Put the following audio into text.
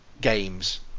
games